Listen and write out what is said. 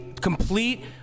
complete